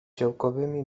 działkowymi